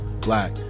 black